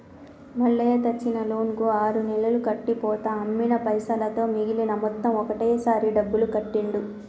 మల్లయ్య తెచ్చిన లోన్ కు ఆరు నెలలు కట్టి పోతా అమ్మిన పైసలతో మిగిలిన మొత్తం ఒకటే సారి డబ్బులు కట్టిండు